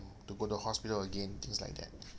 to go to hospital again things like that